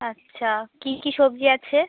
আচ্ছা কী কী সবজি আছে